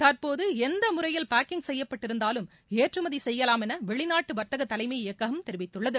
தற்போது எந்த முறையில் பாக்கிங் செய்யப்பட்டிருந்தாலும் ஏற்றுமதி செய்யலாம் என வெளிநாட்டு வர்த்தக தலைமை இயக்ககம் தெரிவித்துள்ளது